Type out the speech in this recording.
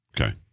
Okay